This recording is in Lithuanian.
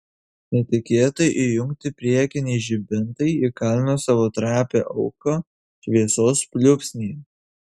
netikėtai įjungti priekiniai žibintai įkalino savo trapią auką šviesos pliūpsnyje